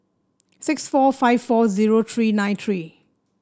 six four five four zero three nine three